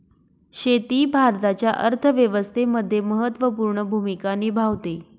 शेती भारताच्या अर्थव्यवस्थेमध्ये महत्त्वपूर्ण भूमिका निभावते